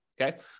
okay